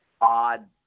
odd